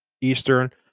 Eastern